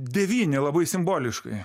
devyni labai simboliškai